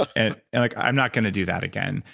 and and like i'm not going to do that again,